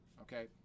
okay